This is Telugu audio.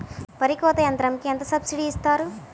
వరి కోత యంత్రంకి ఎంత సబ్సిడీ ఇస్తారు?